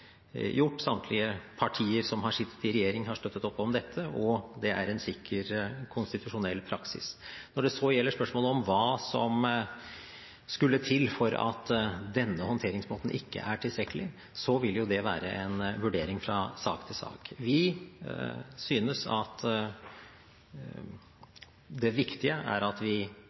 gjort, og samtlige partier som har sittet i regjering, har støttet opp om dette, og det er en sikker konstitusjonell praksis. Når det så gjelder spørsmålet om hva som skal til for at denne håndteringsmåten ikke er tilstrekkelig, vil det være en vurdering fra sak til sak. Vi synes det viktige er at vi